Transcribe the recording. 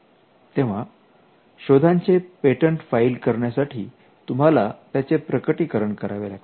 तेव्हा शोधांचे patent file करण्यासाठी तुम्हाला त्याचे प्रकटीकरण करावे लागते